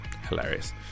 hilarious